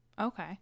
Okay